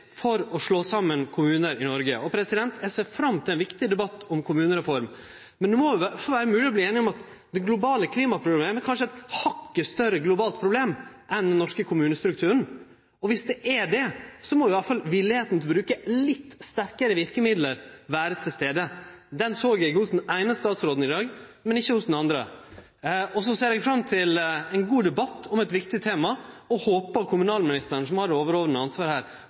for å slå saman kommunar i Noreg. Eg ser fram til ein viktig debatt om kommunereforma, men det må i alle fall vere mogleg å bli einige om at det globale klimaproblemet kanskje er eitt hakk større problem enn den norske kommunestrukturen. Viss det er det, må i alle fall villigheita til å bruke litt sterkare verkemiddel vere til stades. Den såg eg hos den eine statsråden i dag, men ikkje hos den andre. Eg ser fram til ein god debatt om eit viktig tema og håpar at kommunalministeren, som har det overordna ansvaret her,